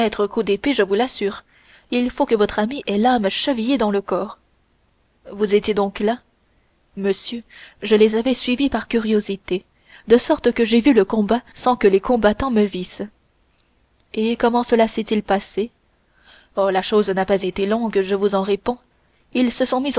coup d'épée je vous l'assure il faut que votre ami ait l'âme chevillée dans le corps vous étiez donc là monsieur je les avais suivis par curiosité de sorte que j'ai vu le combat sans que les combattants me vissent et comment cela s'est-il passé oh la chose n'a pas été longue je vous en réponds ils se sont